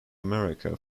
america